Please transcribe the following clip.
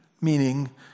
meaning